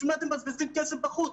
בשביל מה אתם מבזבזים כסף בחוץ?